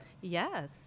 Yes